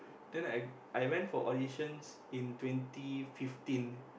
then I I went for auditions in twenty fifteen